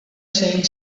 saying